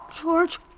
George